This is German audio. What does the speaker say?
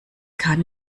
kann